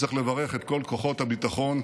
צריך לברך את כל כוחות הביטחון,